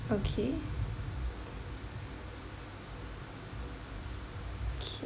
okay